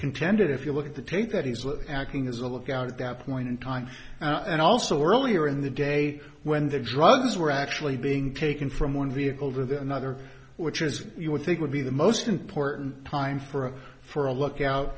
contended if you look at the tape that he's with acting as a lookout at that point in time and also earlier in the day when the drugs were actually being taken from one vehicle to another which is you would think would be the most important time for a for a lookout